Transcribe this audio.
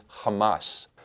Hamas